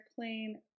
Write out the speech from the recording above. airplane